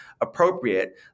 appropriate